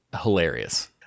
hilarious